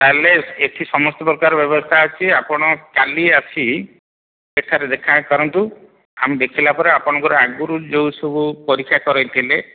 ତାହେଲେ ଏଠି ସମସ୍ତ ପ୍ରକାରର ବ୍ୟବସ୍ଥା ଅଛି ଆପଣ କାଲି ଆସି ଏଠାରେ ଦେଖା କରନ୍ତୁ ଆମେ ଦେଖିଲା ପରେ ଆପଣଙ୍କର ଆଗରୁ ଯେଉଁ ସବୁ ପରୀକ୍ଷା କରେଇଥିଲେ